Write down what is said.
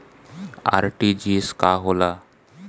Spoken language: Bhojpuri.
आर.टी.जी.एस का होला?